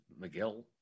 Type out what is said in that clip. McGill